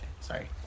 Sorry